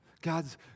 God's